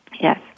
Yes